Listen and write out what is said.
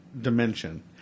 dimension